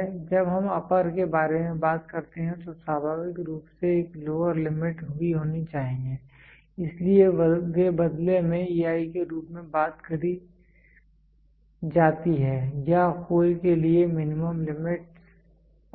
जब हम अपर के बारे में बात करते हैं तो स्वाभाविक रूप से एक लोअर लिमिट भी होनी चाहिए इसलिए वे बदले में EI के रूप में बात करी जाती है या होल के लिए मिनिमम लिमिटस्